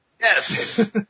Yes